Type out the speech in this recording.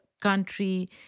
country